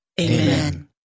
amen